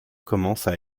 commencent